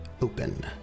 open